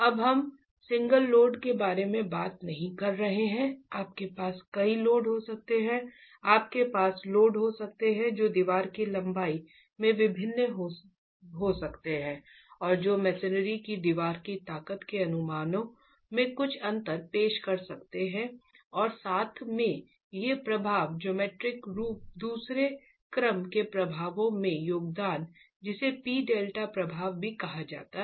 अब हम single load के बारे में बात नहीं कर रहे हैं आपके पास कई लोड हो सकते हैं आपके पास लोड हो सकते हैं जो दीवार की लंबाई में भिन्न हो सकते हैं और जो मसनरी की दीवार की ताकत के अनुमानों में कुछ अंतर पेश कर सकते हैं और साथ में ये प्रभाव जियोमेट्रिक दूसरे क्रम के प्रभावों में योगदान जिसे पी डेल्टा प्रभाव भी कहा जाता है